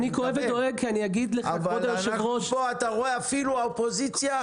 אבל פה אפילו האופוזיציה